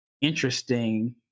interesting